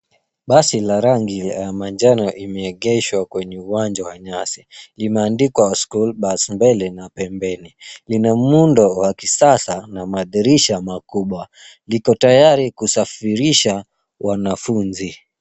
Basi la rangi ya manjano imeegeshwa kwenye uwanja wa nyasi. Limeandikwa schoolo bus mbele na pembeni, lina muundo wa kisasa na madirisha makubwa. Liko tayari kusafirisha wanafunzi.